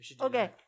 Okay